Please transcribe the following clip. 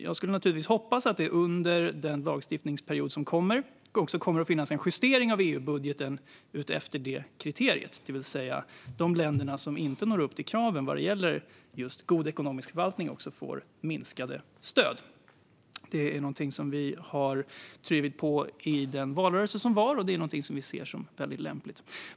Jag skulle naturligtvis hoppas att det under den lagstiftningsperiod som kommer också kommer att finnas en justering av EU-budgeten efter det kriteriet, det vill säga att de länder som inte når upp till kraven vad gäller god ekonomisk förvaltning får minskade stöd. Det drev vi på för i valrörelsen, och det är någonting som vi ser som väldigt lämpligt.